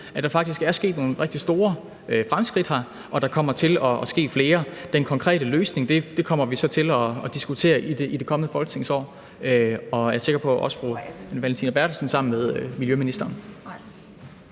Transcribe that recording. der er faktisk sket nogle rigtig store fremskridt her og der kommer til at ske flere. Den konkrete løsning kommer vi så til at diskutere i det kommende folketingsår, og jeg er sikker på også med fru Anne Valentina Berthelsen sammen med miljøministeren.